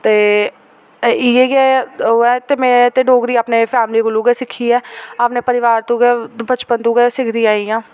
ते इ'यै गै ओह् ऐ ते में ते डोगरी अपनी फैमली कोलू गै सिक्खी ऐ अपने परिवार तो गै बचपन तु गै सिक्खदी आई आं